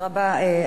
תודה רבה.